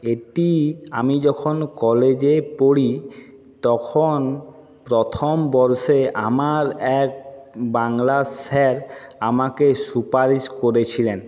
এটি আমি যখন কলেজে পড়ি তখন প্রথম বর্ষে আমার এক বাংলার স্যার আমাকে সুপারিশ করেছিলেন